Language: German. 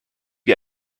wie